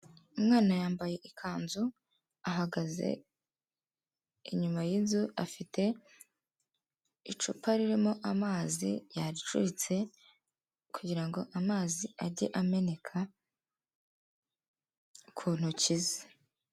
Umwana yambaye ikanzu ahagaze inyuma y'inzu, afite icupa ririmo amazi yaricuritse kugira ngo amazi ajye ameneka ku ntoki ze.